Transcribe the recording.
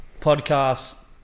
podcast